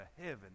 heaven